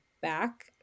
back